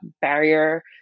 barrier